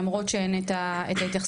למרות שאין את ההתייחסות,